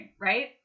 right